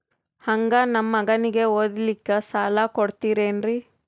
ಹಂಗ ನಮ್ಮ ಮಗನಿಗೆ ಓದಲಿಕ್ಕೆ ಸಾಲ ಕೊಡ್ತಿರೇನ್ರಿ?